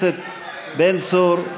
חבר הכנסת בן צור.